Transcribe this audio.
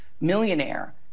millionaire